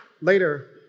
Later